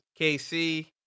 KC